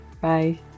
Bye